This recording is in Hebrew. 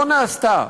לא נעשתה,